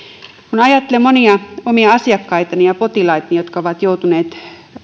kun ajattelen monia omia asiakkaitani ja potilaitani jotka ovat joutuneet